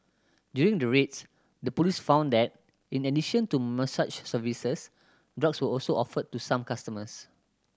during the raids the police found that in addition to massage services drugs were also offered to some customers